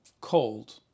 cold